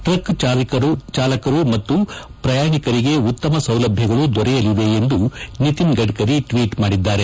truck ಚಾಲಕರು ಮತ್ತು ಪ್ರಯಾಣಿಕರಿಗೆ ಉತ್ತಮ ಸೌಲಭ್ಯಗಳು ದೊರೆಯಲಿವೆ ಎಂದು ನಿತಿನ್ ಗಡ್ಡರಿ ಟ್ಟೀಟ್ ಮಾಡಿದ್ದಾರೆ